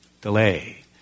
delay